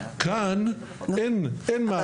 כאן אין מעסיק כזה.